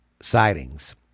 sightings